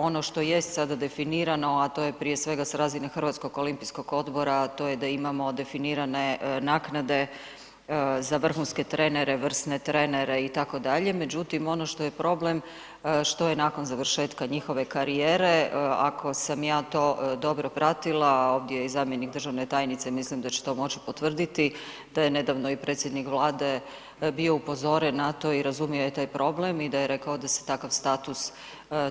Ono što jest sada definirano, a to je prije svega s razine Hrvatskog olimpijskog odbora, a to je da imamo definirane naknade za vrhunske trenere, vrsne trenere itd., međutim ono što je problem, što je nakon završetka njihove karijere, ako sam ja to dobro pratila, ovdje je i zamjenik državne tajnice, mislim da će to moći potvrditi da je nedavno i predsjednik Vlade bio upozoren na to i razumio je taj problem i da je rekao da se takav status